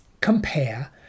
compare